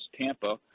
Tampa